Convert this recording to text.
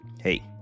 hey